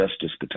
Justice